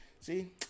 See